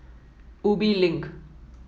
Ubi Link